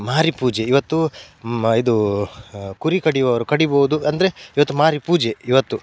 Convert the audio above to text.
ಮಾರಿ ಪೂಜೆ ಇವತ್ತು ಇದು ಕುರಿ ಕಡಿಯುವವರು ಕಡೀಬೋದು ಅಂದರೆ ಇವತ್ತು ಮಾರಿ ಪೂಜೆ ಇವತ್ತು